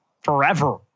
forever